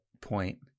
point